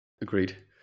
agreed